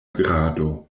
grado